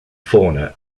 fauna